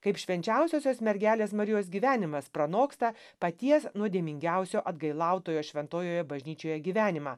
kaip švenčiausiosios mergelės marijos gyvenimas pranoksta paties nuodėmingiausio atgailautojo šventojoje bažnyčioje gyvenimą